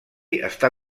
està